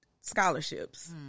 scholarships